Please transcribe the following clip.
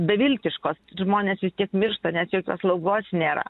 beviltiškos žmonės vis tiek miršta nes jokios slaugos nėra